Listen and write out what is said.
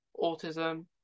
autism